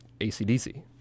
ACDC